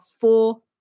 four